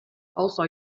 also